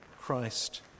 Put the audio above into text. Christ